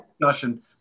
discussion